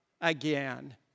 again